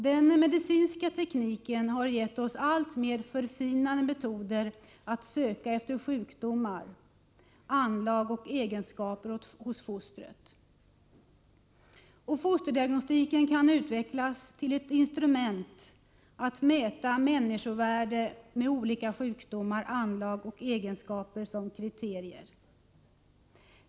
Den medicinska tekniken har gett oss alltmer förfinade metoder att söka efter sjukdomar, anlag och egenskaper hos fostret. Fosterdiagnostiken kan utvecklas till ett instrument att mäta människovärde med olika sjukdomar, anlag och egenskaper som kriterier.